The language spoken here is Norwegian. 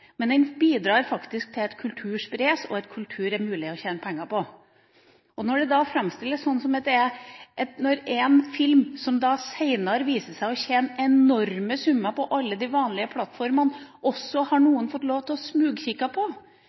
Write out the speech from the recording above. men det bidrar til at kultur spres, og at det er mulig å tjene penger på kultur. Når noen har fått lov til å smugtitte på en film som senere viser seg å tjene enorme summer på alle de vanlige plattformene, fører det faktisk til at de selger mer på andre plattformer. Noen har gjort det til noe positivt ved å